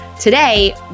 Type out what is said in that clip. Today